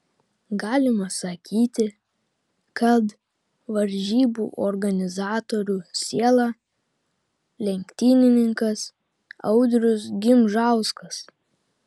galima sakyti kad varžybų organizatorių siela lenktynininkas audrius gimžauskas